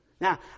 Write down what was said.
Now